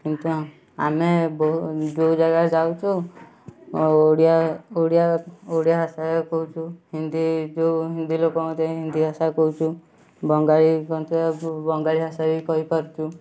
କିନ୍ତୁ ଆମେ ବହୁ ଯେଉଁ ଜାଗା ଯାଉଛୁ ଓ ଓଡ଼ିଆ ଓଡ଼ିଆ ଓଡ଼ିଆ ଭାଷା କହୁଛୁ ହିନ୍ଦୀ ଯେଉଁ ହିନ୍ଦୀ ଲୋକଙ୍କ ହିନ୍ଦୀ ଭାଷା କହୁଛୁ ବଙ୍ଗାଳୀଙ୍କ ବଙ୍ଗାଳୀ ଭାଷା ବି କହିପାରୁଛୁ